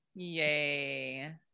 yay